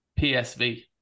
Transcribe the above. PSV